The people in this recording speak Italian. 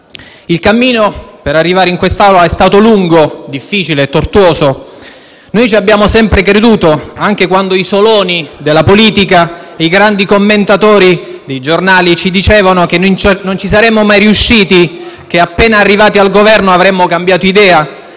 Il cammino per arrivare in quest'Aula è stato lungo, difficile e tortuoso. Noi ci abbiamo sempre creduto, anche quando i soloni della politica e i grandi commentatori dei giornali ci dicevano che non ci saremmo mai riusciti, che appena arrivati al Governo avremmo cambiato idea